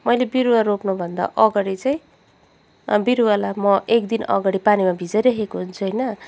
मैले बिरुवा रोप्नुभन्दा अगाडि चाहिँ बिरुवालाई म एक दिन अगाडि पानीमा भिजाइराखेको हुन्छु होइन